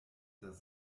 das